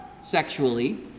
sexually